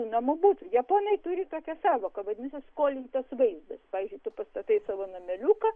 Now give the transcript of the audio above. namų butų japonai turi tokią sąvoką vadinsi skolintas vaizdas pavyzdžiui tu pastatai savo nameliuką